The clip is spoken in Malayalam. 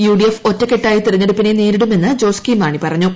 യു ഡി എഫ് ഒറ്റക്കെട്ടായി തെരഞ്ഞെടുപ്പിനെ നേരിടുമെന്ന് ജോസ് കെ പറഞ്ഞു